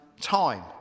time